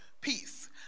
peace